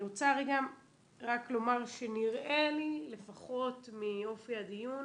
אני רוצה רק לומר שנראה לי לפחות מאופי הדיון